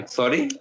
sorry